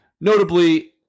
Notably